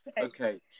Okay